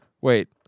wait